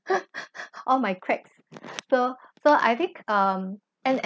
all my cracks so so I think um and an~